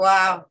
Wow